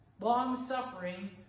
long-suffering